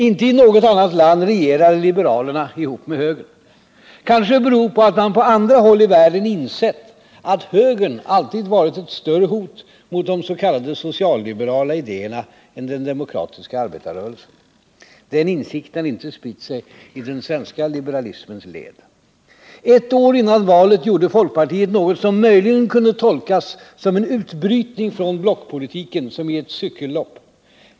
Inte i något annat land regerar liberalerna ihop med högern. Kanske det beror på att man på andra håll i världen insett att högern alltid varit ett större hot mot de s.k. socialliberala idéerna än den demokratiska arbetarrörelsen. Den insikten har inte spritt sig i den svenska liberalismens led. Ett år före valet gjorde folkpartiet något som möjligen kunde tolkas som en utbrytning från blockpolitiken, som i ett cykellopp.